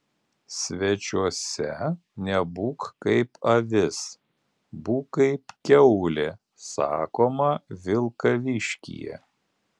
svečiuose nebūk kaip avis būk kaip kiaulė sakoma vilkaviškyje